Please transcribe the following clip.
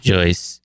Joyce